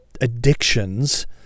addictions